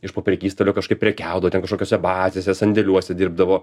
iš po prekystalio kažkaip prekiaudavo ten kažkokiose bazėse sandėliuosi dirbdavo